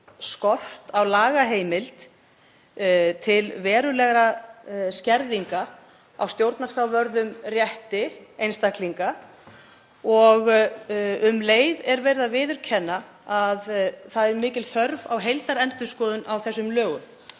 skort á lagaheimild til verulegra skerðinga á stjórnarskrárvörðum rétti einstaklinga og um leið er verið að viðurkenna að mikil þörf er á heildarendurskoðun á þessum lögum.